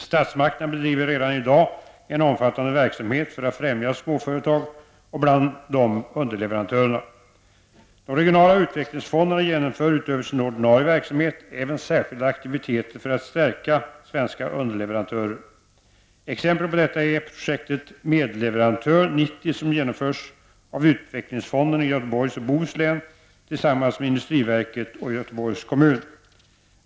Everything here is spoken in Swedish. Statsmakterna bedriver redan i dag en omfattande verksamhet för att främja småföretag, och bland dem underleverantörerna. De regionala utvecklingsfonderna genomför utöver sin ordinarie verksamhet även särskilda aktiviteter för att stärka svenska underleverantörer. Exempel på detta är projektet Medleverantör 90 som genomförs av utvecklingsfonden i Göteborgs och Bohus län tillsammans med SIND och Göteborgs kommun.